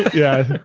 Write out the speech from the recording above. yeah,